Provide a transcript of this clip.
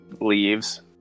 Leaves